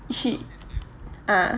she ah